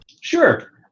Sure